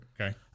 Okay